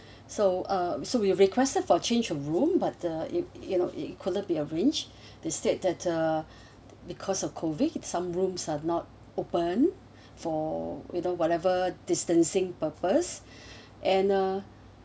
so uh so we have requested for change of room but the it you know it couldn't be arrange they said that the because of COVID some rooms are not open for without whatever distancing purpose and uh